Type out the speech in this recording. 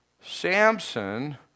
Samson